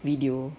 video